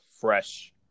fresh